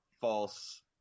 false